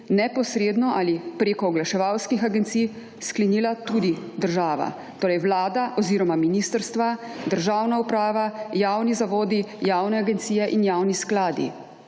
neposredno ali preko oglaševalskih agencij sklenila tudi država, torej Vlada oziroma ministrstva, državna uprava, javni zavodi, javne agencije in javni skladi.